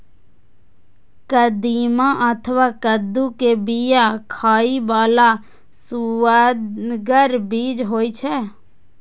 कदीमा अथवा कद्दू के बिया खाइ बला सुअदगर बीज होइ छै